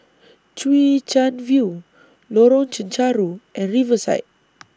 Chwee Chian View Lorong Chencharu and Riverside